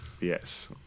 Yes